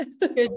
Good